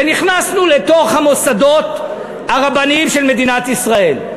ונכנסנו לתוך המוסדות הרבניים של מדינת ישראל.